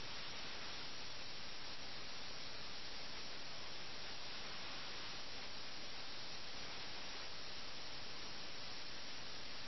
ഈ രണ്ടു മനുഷ്യരും തമ്മിൽ ഇവിടെ ഒരു സമാന്തരമുണ്ട് അവർ തോൽക്കുന്ന പക്ഷത്താണെങ്കിൽ നഗരത്തോടുള്ള അവരുടെ വൈകാരിക പ്രതികരണങ്ങളും ഒന്നുതന്നെയാണ്